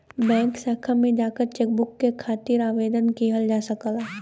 bank शाखा में जाकर चेकबुक के खातिर आवेदन किहल जा सकला